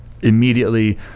Immediately